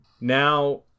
Now